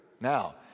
Now